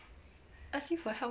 ask you for help